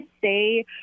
say